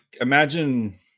imagine